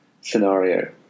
scenario